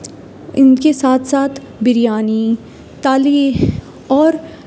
ان کے ساتھ ساتھ بریانی تالی اور